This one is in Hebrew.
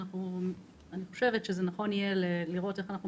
אני חושבת שנכון יהיה לראות איך אנחנו